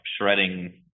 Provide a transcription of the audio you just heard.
shredding